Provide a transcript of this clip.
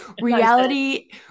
Reality